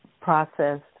processed